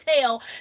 tell